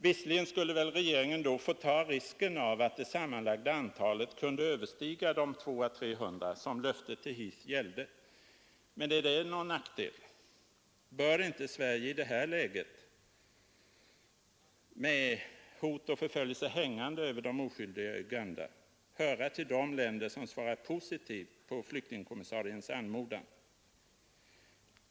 Visserligen skulle väl regeringen då få ta risken av att det sammanlagda antalet kunde överstiga de 200 å 300 som löftet till Heath gällde, men är det en nackdel? Bör inte Sverige i detta läge, med hot och förföljelse hängande över de oskyldiga i Uganda, höra till de länder som svarar positivt på flyktingkommissariens anmodan?